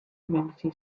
community